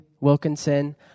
Wilkinson